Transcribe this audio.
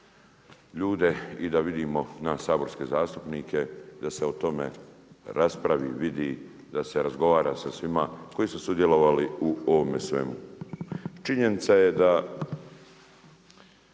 i da vidimo nas saborske zastupnike da se o tome raspravi, vidi, da se razgovara sa svima koji su sudjelovali u ovome svemu. Činjenica je da